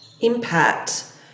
impact